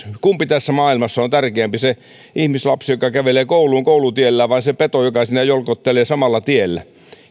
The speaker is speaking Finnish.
kumpi tässä maailmassa on tärkeämpi se ihmislapsi joka kävelee kouluun koulutiellä vai se peto joka jolkottelee siinä samalla tiellä